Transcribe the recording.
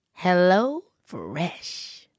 HelloFresh